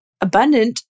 abundant